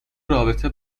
رابطه